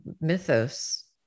mythos